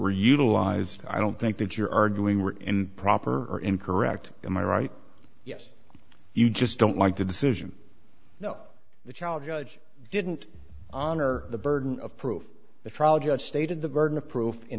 were utilized i don't think that you're arguing were in proper or incorrect in my right you just don't like the decision you know the child judge didn't honor the burden of proof the trial judge stated the burden of proof in